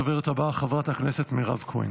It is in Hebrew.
הדוברת הבאה, חברת הכנסת מירב כהן.